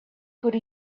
could